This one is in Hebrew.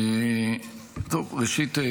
ראשית,